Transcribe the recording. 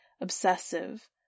obsessive